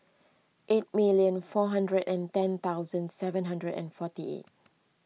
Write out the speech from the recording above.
eight million four hundred and ten thousand seven hundred and forty eight